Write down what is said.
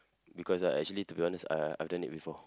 because uh actually to be honest uh I've done it before